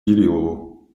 кириллову